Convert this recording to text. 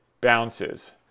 bounces